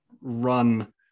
run